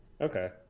Okay